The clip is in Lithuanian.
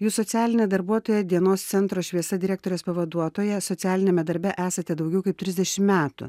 jūs socialinė darbuotoja dienos centro šviesa direktorės pavaduotoja socialiniame darbe esate daugiau kaip trisdešim metų